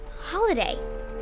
Holiday